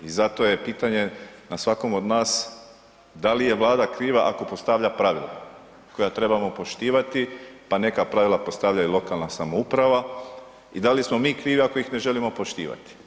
I zato je pitanje na svakom od nas da li je Vlada kriva ako postavlja pravila koja trebamo poštivati pa neka pravila postavljaju lokalna samouprava i da li smo mi krivi ako ih ne želimo poštivati.